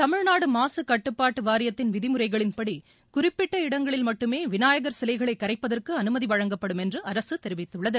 தமிழ்நாடு மாசுக்கட்டுப்பாட்டு வாரியத்தின் விதிமுறைகளின்படி குறிப்பிட்ட இடங்களில் மட்டுமே விநாயகர் சிலைகளை கரைப்பதற்கு அனுமதி வழங்கப்படும் என்று அரசு தெரிவித்துள்ளது